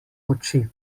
oči